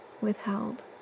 withheld